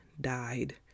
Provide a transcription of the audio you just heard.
died